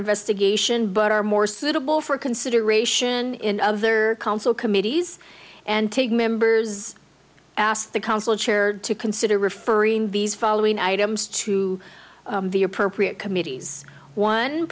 investigation but are more suitable for consideration in of the council committees and take members asked the council chaired to consider referring these following items to the appropriate committees one